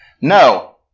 No